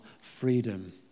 freedom